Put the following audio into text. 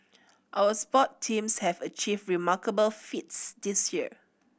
our sport teams have achieved remarkable feats this year